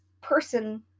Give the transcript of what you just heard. person